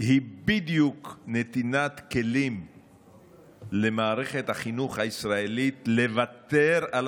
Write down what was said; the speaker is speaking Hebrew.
היא בדיוק מתן כלים למערכת החינוך הישראלית לוותר על